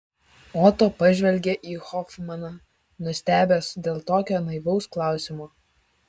oto pažvelgė į hofmaną nustebęs dėl tokio naivaus klausimo